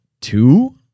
two